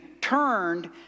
turned